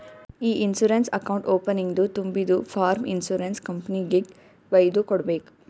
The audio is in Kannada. ಇ ಇನ್ಸೂರೆನ್ಸ್ ಅಕೌಂಟ್ ಓಪನಿಂಗ್ದು ತುಂಬಿದು ಫಾರ್ಮ್ ಇನ್ಸೂರೆನ್ಸ್ ಕಂಪನಿಗೆಗ್ ವೈದು ಕೊಡ್ಬೇಕ್